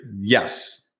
yes